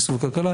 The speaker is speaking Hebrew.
מיסוי וכלכלה,